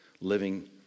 Living